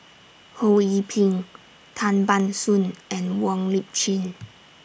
Ho Yee Ping Tan Ban Soon and Wong Lip Chin